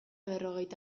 berrogeita